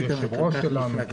אני